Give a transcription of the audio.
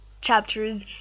chapters